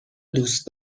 دوست